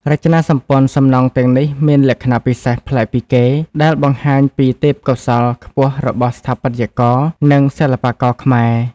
រចនាសម្ព័ន្ធសំណង់ទាំងនេះមានលក្ខណៈពិសេសប្លែកពីគេ ដែលបង្ហាញពីទេពកោសល្យខ្ពស់របស់ស្ថាបត្យករ និងសិល្បករខ្មែរ។